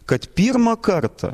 kad pirmą kartą